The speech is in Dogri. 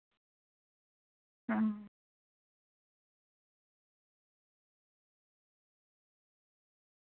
हां